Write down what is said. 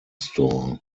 store